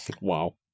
Wow